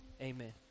Amen